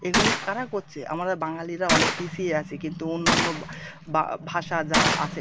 এগুলো কারা করছে আমরা বাঙালিরা অনেক পিছিয়ে আছি কিন্তু অন্য অন্য বা ভাষা যারা আছে